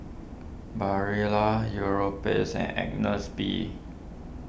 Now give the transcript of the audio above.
Barilla Europace and Agnes B